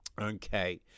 okay